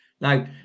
Now